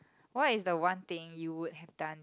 what is the one thing you would have done